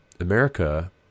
America